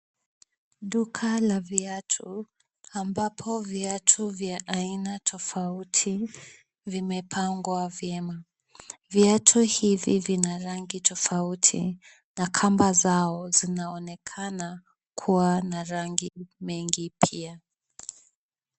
Duka la viatu ambapo viatu vya aina tofauti vimepangwa vyema. Viatu hivi vina rangi tofauti na kamba zao zinaonekana kuwa na rangi mengi pia.